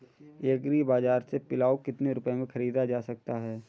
Agree बाजार से पिलाऊ कितनी रुपये में ख़रीदा जा सकता है?